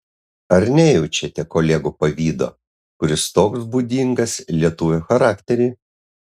ar nejaučiate kolegų pavydo kuris toks būdingas lietuvio charakteriui